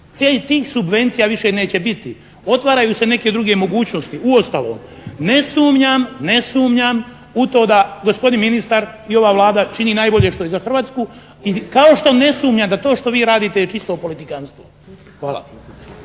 tih subvencija više neće biti. Otvaraju se neke druge mogućnosti. Uostalom ne sumnjam u to da gospodin ministar i ova Vlada čini najbolje što je za Hrvatsku kao što ne sumnjam da to što vi radite je čisto politikanstvo. Hvala.